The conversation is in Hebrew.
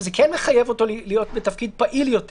לכן גם אם הם לא יידעו הם יקבלו את התמורה שלהם